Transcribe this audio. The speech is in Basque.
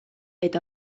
eta